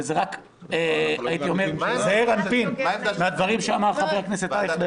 וזה רק הייתי אומר זעיר אנפין מהדברים שאמר חבר הכנסת אייכלר,